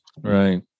Right